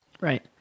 Right